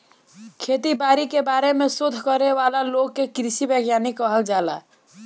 खेती बारी के बारे में शोध करे वाला लोग के कृषि वैज्ञानिक कहल जाला